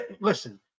listen